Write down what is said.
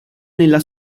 nella